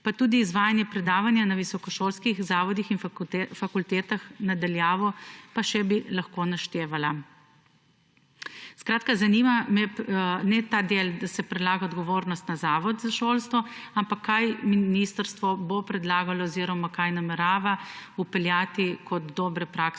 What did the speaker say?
Pa tudi izvajanje predavanja na visokošolskih zavodih in fakultetah na daljavo pa še bi lahko naštevala. Skratka, ne zanima me ta del, da se prelaga odgovornost na Zavod za šolstvo, ampak kaj bo ministrstvo predlagalo oziroma kaj namerava vpeljati kot dobre prakse,